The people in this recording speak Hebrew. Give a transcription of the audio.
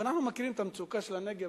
ואנחנו מכירים את המצוקה של הנגב,